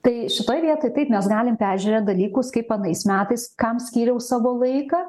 tai šitoj vietoj taip mes galim peržiūrėt dalykus kaip anais metais kam skyriau savo laiką